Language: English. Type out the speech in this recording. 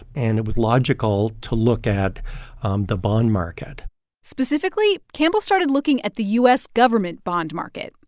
and it was logical to look at um the bond market specifically, campbell started looking at the u s. government bond market.